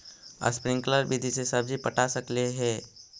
Sprinkle विधि से सब्जी पटा सकली हे?